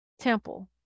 Temple